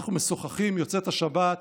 אנחנו משוחחים, יוצאת השבת,